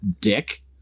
Dick